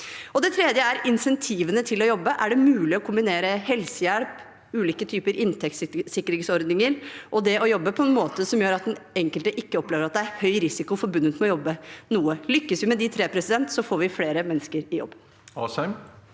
Det tredje er insentivene til å jobbe. Er det mulig å kombinere helsehjelp, ulike typer inntektssikringsordninger og det å jobbe, på en måte som gjør at den enkelte ikke opplever at det er høy risiko forbundet med å jobbe noe? Lykkes vi med de tre, får vi flere mennesker i jobb.